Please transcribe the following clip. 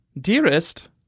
Dearest